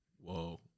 Whoa